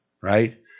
right